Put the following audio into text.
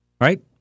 Right